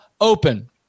open